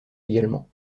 également